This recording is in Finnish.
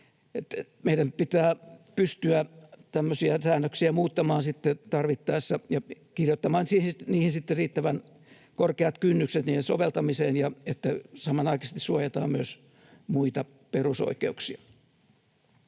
Meidän pitää pystyä tämmöisiä säännöksiä muuttamaan tarvittaessa ja kirjoittamaan sitten riittävän korkeat kynnykset niiden soveltamiseen ja että samanaikaisesti suojataan myös muita perusoikeuksia.